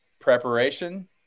preparation